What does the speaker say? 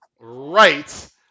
right